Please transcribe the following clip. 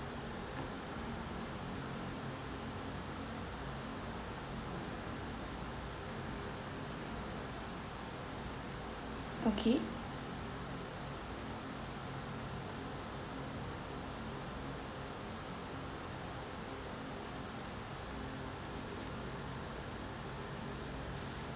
okay